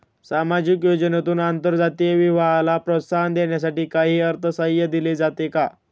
सामाजिक योजनेतून आंतरजातीय विवाहाला प्रोत्साहन देण्यासाठी काही अर्थसहाय्य दिले जाते का?